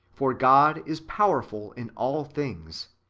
for god is power ful in all things,